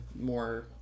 more